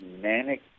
manic